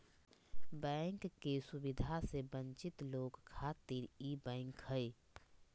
bank के सुविधा से वंचित लोग खातिर ई बैंक हय